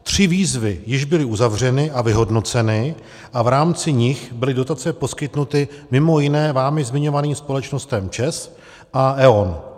Tři výzvy již byly uzavřeny a vyhodnoceny a v rámci nich byly dotace poskytnuty mimo jiné vámi zmiňovaným společnostem ČEZ a E.ON.